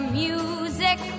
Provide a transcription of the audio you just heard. music